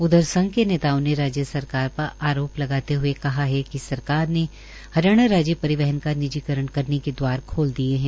उधर संघ के नेताओं ने राज्य सरकार पर आरोप लगाते हए कहा है कि सरकार ने हरियाणा राज्य परिवहन का निजीकरण करने के द्वार खोल दिए है